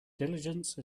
diligence